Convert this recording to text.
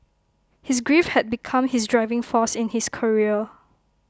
his grief had become his driving force in his career